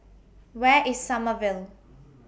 Where IS Sommerville